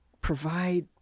provide